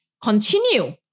continue